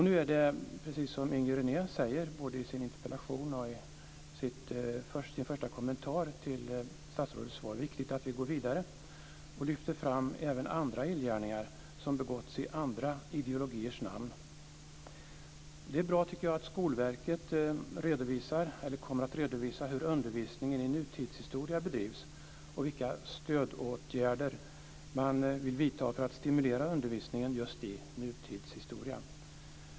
Nu är det, precis som Inger René säger både i sin interpellation och i sin första kommentar till statsrådets svar, viktigt att vi går vidare och lyfter fram även andra illgärningar som begåtts i andra ideologiers namn. Det är bra, tycker jag, att Skolverket kommer att redovisa hur undervisningen i nutidshistoria bedrivs och vilka stödåtgärder man vill vidta för att stimulera undervisningen just i nutidshistoria.